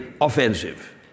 offensive